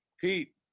Pete